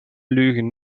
leugen